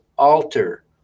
alter